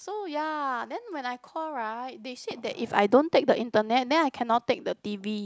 so ya then when I call right they said that if I don't take the internet then I cannot take the T_V